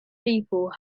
people